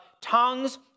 Tongues